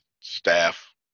staff